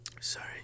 Sorry